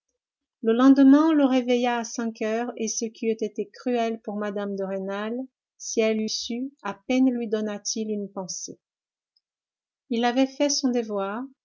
le lendemain on le réveilla à cinq heures et ce qui eût été cruel pour mme de rênal si elle l'eût su à peine lui donna-t-il une pensée il avait fait son devoir